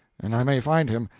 an i may find him,